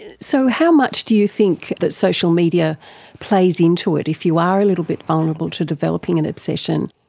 so how much do you think that social media plays into it if you are a little bit vulnerable to developing an obsession?